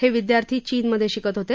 हे विद्यार्थी चीनमधे शिकत होते